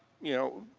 you know,